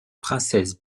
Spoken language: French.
princesse